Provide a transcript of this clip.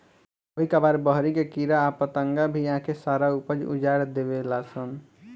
कभी कभार बहरी के कीड़ा आ पतंगा भी आके सारा ऊपज उजार देवे लान सन